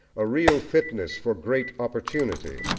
a real fitness for great opportunity.